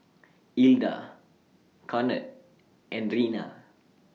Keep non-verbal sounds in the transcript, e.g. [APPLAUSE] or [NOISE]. [NOISE] Ilda Conard and Reina